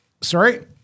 Sorry